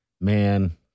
Man